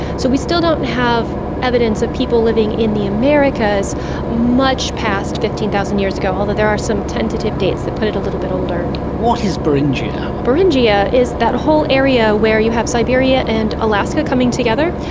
so we still don't have evidence of people living in the americas much past fifteen thousand years ago, although there are some tentative dates that put it a little bit older. what is beringia? beringia is that whole area where you have siberia and alaska coming together.